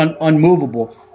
unmovable